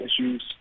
issues